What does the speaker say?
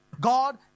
God